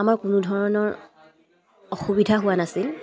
আমাৰ কোনো ধৰণৰ অসুবিধা হোৱা নাছিল